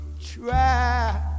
try